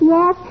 Yes